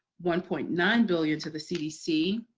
one point nine billion to the cdc.